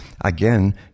Again